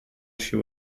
she